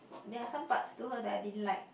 there are some parts to her that I didn't like